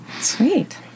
Sweet